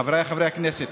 חבריי חברי הכנסת,